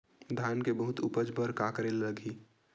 धान के बहुत उपज बर का करेला लगही?